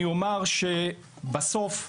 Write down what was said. בסוף,